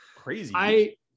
Crazy